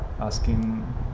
asking